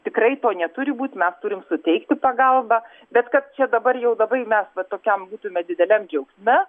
tikrai to neturi būt mes turim suteikti pagalbą bet kad čia dabar jau labai mes va tokiam būtume dideliam džiaugsme